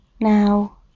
now